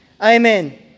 Amen